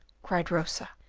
cried rosa,